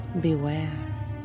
beware